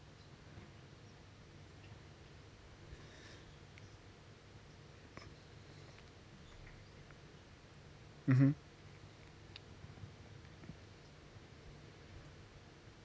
mmhmm